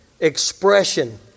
expression